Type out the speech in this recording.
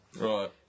Right